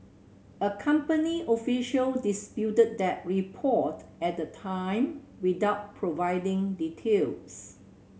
a company official disputed that report at the time without providing details